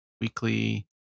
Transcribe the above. weekly